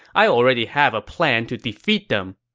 i already have a plan to defeat them.